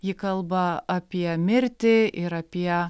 ji kalba apie mirtį ir apie